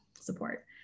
support